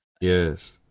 Yes